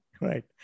Right